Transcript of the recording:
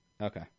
Okay